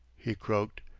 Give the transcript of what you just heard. he croaked,